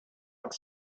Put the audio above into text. als